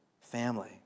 family